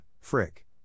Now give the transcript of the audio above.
Frick